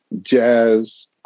jazz